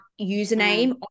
username